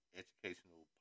educational